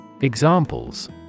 Examples